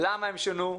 למה הם שונו,